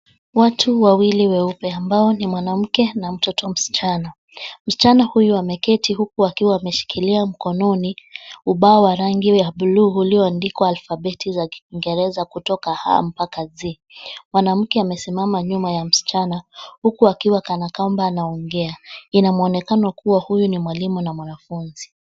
Watu wawili weupe ambao ni mwanamke na mtoto msichana. Msichana huyu ameketi huku akiwa ameshikilia mkononi ubao wa rangi ya bluu ulioandikwa alpabeti za kiingereza kutoka A-Z. Mwanamke amesimama nyuma ya msichana huku akiwa kana kwamba anaongea. Ina muonekano kuwa huyu ni mwalimu na mwanafunzi.